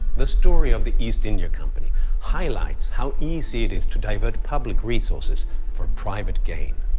the story of the east india company highlights how easy it is to divert public resources for private gain.